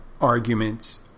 arguments